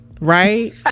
right